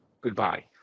goodbye